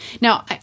Now